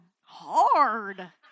hard